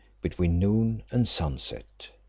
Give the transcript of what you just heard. between noon and sun set.